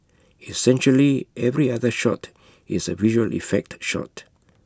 essentially every other shot is A visual effect shot